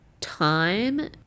time